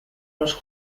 los